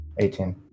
18